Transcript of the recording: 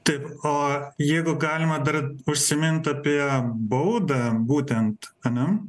taip o jeigu galima dar užsimint apie baudą būtent ane